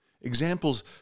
Examples